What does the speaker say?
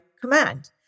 command